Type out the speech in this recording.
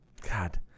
God